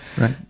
Right